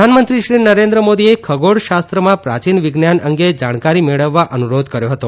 પ્રધાનમંત્રી નરેન્દ્ર મોદીએ ખગોળ શાસ્ત્રમાં પ્રાચીન વિજ્ઞાન અંગે જાણકારી મેળવવા અનુરોધ કર્યો હતો